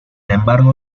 embargo